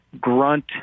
grunt